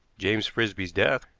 james frisby's death,